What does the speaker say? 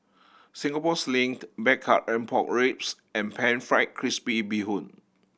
Singapore Sling Blackcurrant Pork Ribs and Pan Fried Crispy Bee Hoon